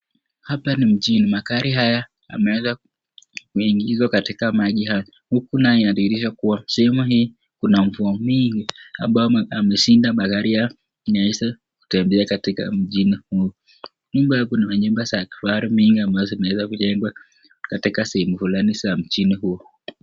Hapa ni mjini. Magari haya yameweza kuingizwa katika maji haya, huku wanayadhihirisha kuwa msimu hii kuna mvua mingi. Hapa ameshinda magari ya inaiweza kutembea katika mjini huo. Nyumba kuna manyumba za kifahari mingi ambayo yameweza kujengwa katika sehemu fulani za mjini huo.